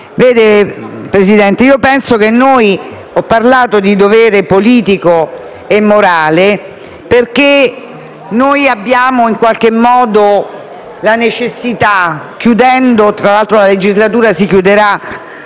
signor Presidente, io ho parlato di dovere politico e morale perché noi abbiamo in qualche modo la necessità - tra l'altro la legislatura si chiuderà